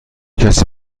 کسی